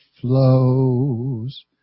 flows